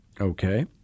Okay